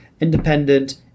independent